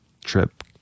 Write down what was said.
trip